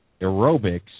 aerobics